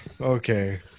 okay